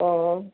ഓ ഓ